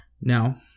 Now